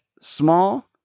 small